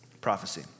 prophecy